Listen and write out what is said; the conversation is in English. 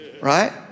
right